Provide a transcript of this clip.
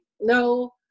no